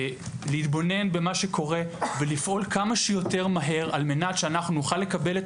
להתבונן במה שקורה ולפעול כמה שיותר מהר כדי שאנחנו נוכל לקבל את